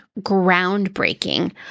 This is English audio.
groundbreaking